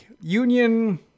union